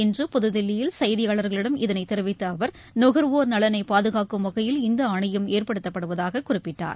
இன்று புதுதில்லியில் செய்தியாளர்களிடம் இதனை தெரிவித்த அவர் நுகர்வோர் நலனை பாதுகாக்கும் வகையில் இந்த ஆணையம் ஏற்படுத்தப்படுவதாக குறிப்பிட்டார்